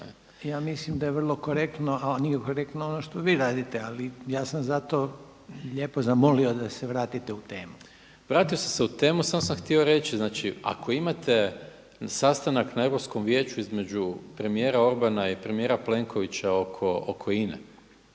Ja mislim da je vrlo korektno a nije korektno ono što vi radite ali ja sam zato lijepo zamolio da se vratite u temu. **Maras, Gordan (SDP)** Vratio sam se u temu, samo sam htio reći znači ako imate sastanak na Europskom vijeću između premijera Orbana i premijera Plenkovića oko INA-e